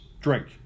drink